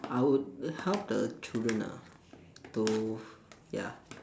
I would help the children ah to ya